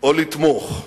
או לתמוך.